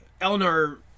Eleanor